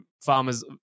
farmers